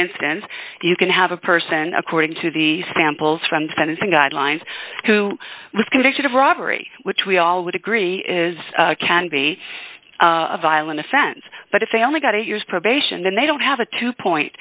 instance you can have a person according to the samples from sentencing guidelines who was convicted of robbery which we all would agree is can be a violent offense but if they only got eight years probation then they don't have a two point